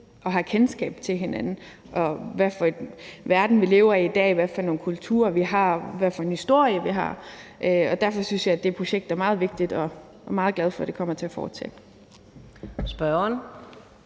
og har kendskab til hinanden, og hvad for en verden vi lever i i dag, hvad for nogle kulturer vi har, og hvad for en historie vi har. Derfor synes jeg, at det projekt er meget vigtigt, og jeg er meget glad for, at det kommer til at fortsætte.